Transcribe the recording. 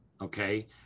Okay